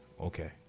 Okay